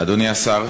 אדוני השר,